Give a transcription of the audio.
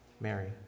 Mary